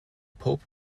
pope